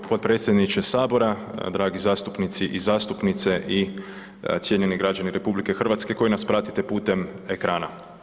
Uvaženi potpredsjedniče Sabora, dragi zastupnici i zastupnice i cijenjeni građani RH koji nas pratite putem ekrana.